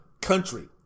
country